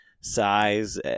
size